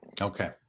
Okay